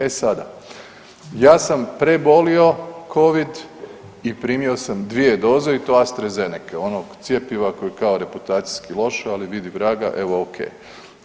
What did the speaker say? E sada, ja sam prebolio Covid i primio sam 2 doze i to Astra Zenece, onog cjepiva koje je, kao reputacijski loše, ali vidi vraga, evo, ok je.